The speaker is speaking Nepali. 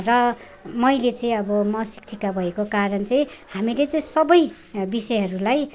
र मैले चाहिँ अब म शिक्षिका भएको कारण चाहिँ हामीले चाहिँ सबै विषयहरूलाई